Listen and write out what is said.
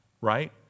right